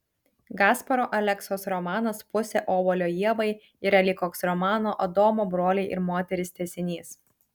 gasparo aleksos romanas pusė obuolio ievai yra lyg koks romano adomo broliai ir moterys tęsinys